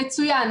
מצוין,